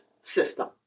system